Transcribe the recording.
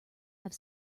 have